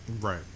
right